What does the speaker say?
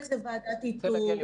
חלק זה ועדת איתור.